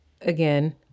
again